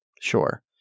sure